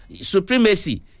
supremacy